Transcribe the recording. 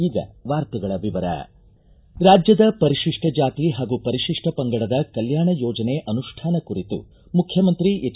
ಈಗ ವಾರ್ತೆಗಳ ವಿವರ ರಾಜ್ಯದ ಪರಿಶಿಪ್ಟ ಜಾತಿ ಹಾಗೂ ಪರಿಶಿಪ್ಟ ಪಂಗಡದ ಕಲ್ಯಾಣ ಯೋಜನೆ ಅನುಷ್ಠಾನ ಕುರಿತು ಮುಖ್ಯಮಂತ್ರಿ ಎಚ್